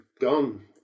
gone